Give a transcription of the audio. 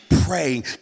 praying